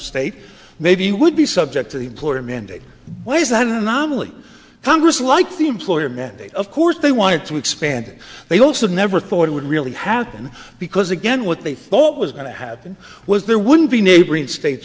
state maybe would be subject to the employer mandate why is that an anomaly congress like the employer mandate of course they wanted to expand they also never thought it would really happen because again what they thought was going to happen was there wouldn't be neighboring states